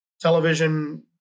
television